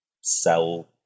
sell